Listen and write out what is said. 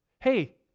Hey